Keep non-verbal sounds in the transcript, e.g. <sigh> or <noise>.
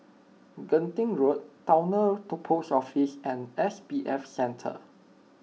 Genting Road Towner <unintelligible> Post Office and S B F Center